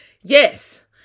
Yes